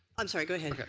i'm sorry go ahead. okay.